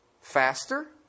faster